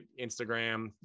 instagram